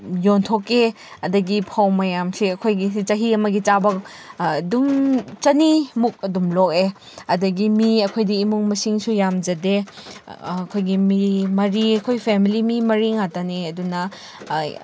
ꯌꯣꯟꯊꯣꯛꯀꯦ ꯑꯗꯒꯤ ꯐꯧ ꯃꯌꯥꯝꯁꯦ ꯑꯩꯈꯣꯏꯒꯤ ꯁꯤ ꯆꯍꯤ ꯑꯃꯒꯤ ꯆꯥꯕ ꯑꯗꯨꯝ ꯆꯅꯤꯃꯨꯛ ꯑꯗꯨꯝ ꯂꯣꯛꯑꯦ ꯑꯗꯒꯤ ꯃꯤ ꯑꯩꯈꯣꯏꯗꯤ ꯏꯃꯨꯡ ꯃꯁꯤꯡꯁꯨ ꯌꯥꯝꯖꯗꯦ ꯑꯩꯈꯣꯏꯒꯤ ꯃꯤ ꯃꯔꯤ ꯑꯩꯈꯣꯏ ꯐꯦꯃꯤꯂꯤ ꯃꯤ ꯃꯔꯤ ꯉꯥꯛꯇꯅꯦ ꯑꯗꯨꯅ